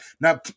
Now